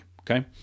okay